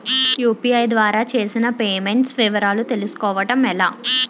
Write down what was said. UPI ద్వారా చేసిన payments వివరాలు తెలుసుకోవటం ఎలా?